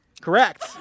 Correct